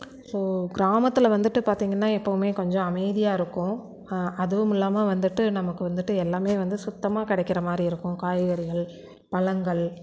so கிராமத்தில் வந்துட்டு பார்த்திங்கனா எப்போவுமே கொஞ்சம் அமைதியாயிருக்கும் அதுவுமில்லாமல் வந்துட்டு நமக்கு வந்துட்டு எல்லாமே வந்து சுத்தமாக கிடைக்கிற மாதிரி இருக்கும் காய்கறிகள் பழங்கள்